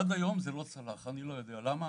עד היום זה לא צלח, אני לא יודע למה.